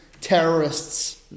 terrorists